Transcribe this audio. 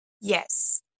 Yes